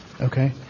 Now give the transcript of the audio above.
Okay